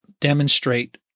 demonstrate